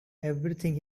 everything